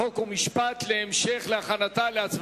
חוק ומשפט נתקבלה.